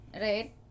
right